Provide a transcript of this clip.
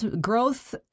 growth